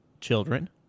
children